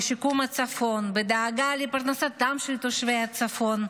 בשיקום הצפון, בדאגה לפרנסתם של תושבי הצפון,